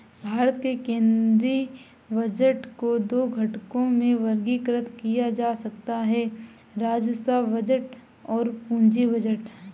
भारत के केंद्रीय बजट को दो घटकों में वर्गीकृत किया जा सकता है राजस्व बजट और पूंजी बजट